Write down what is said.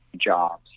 jobs